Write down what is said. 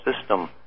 system